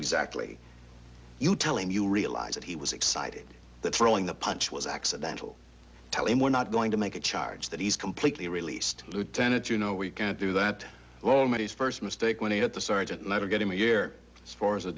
exactly you tell him you realize that he was excited that throwing the punch was accidental tell him we're not going to make a charge that he's completely released lieutenant you know we can't do that well money's first mistake when he got the sergeant never get him a year as far as the